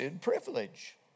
privilege